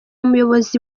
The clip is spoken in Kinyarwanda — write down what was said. muyobozi